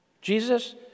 Jesus